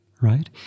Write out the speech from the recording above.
right